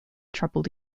troubled